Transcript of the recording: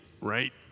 right